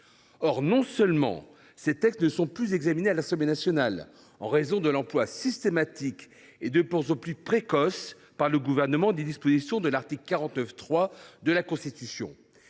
Or non seulement ces textes ne sont plus examinés par l’Assemblée nationale, en raison de l’emploi systématique et de plus en plus précoce par le Gouvernement des dispositions de l’article 49, alinéa 3, de la Constitution,